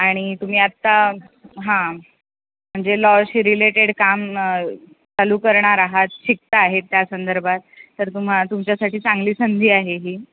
आणि तुम्ही आत्ता हां म्हणजे लॉशी रिलेटेड काम चालू करणार आहात शिकता आहेत त्या संदर्भात तर तुम्हा तुमच्यासाठी चांगली संधी आहे ही